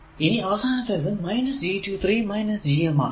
ഇനി അവസാനത്തേത് G23 GMആണ്